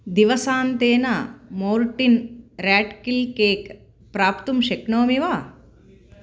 दिवसान्तेन मोर्टिन् रेट् किल् केक् प्राप्तुं शक्नोमि वा